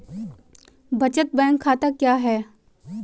बचत बैंक खाता क्या है?